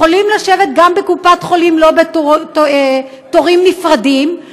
הם יכולים לשבת גם בקופת חולים לא בתורים נפרדים,